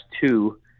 two